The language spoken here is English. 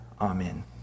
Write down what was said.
Amen